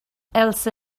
elsa